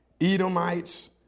Edomites